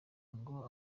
ngo